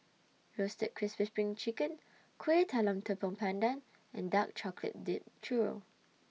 Roasted Crispy SPRING Chicken Kuih Talam Tepong Pandan and Dark Chocolate Dipped Churro